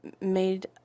made